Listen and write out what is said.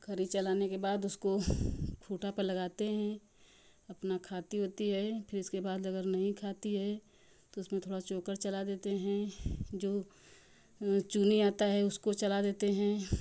खरि चराने के बाद उसको खूँटा पर लगाते हैं अपना खाती वाती है फ़िर उसके बाद अगर नहीं खाती है तो उसमें थोड़ा चोकर चला देते हैं जो चूनी आता है उसको चला देते हैं